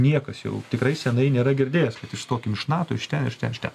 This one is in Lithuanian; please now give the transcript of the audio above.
niekas jau tikrai senai nėra girdėjęs kad iš ištokim iš nato iš ten iš ten iš ten